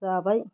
जाबाय